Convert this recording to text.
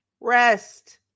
rest